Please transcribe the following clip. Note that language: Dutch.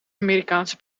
amerikaanse